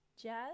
Jazz